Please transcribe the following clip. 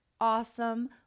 awesome